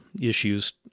issues